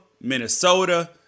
Minnesota